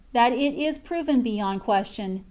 that it is proven beyond question,